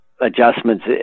adjustments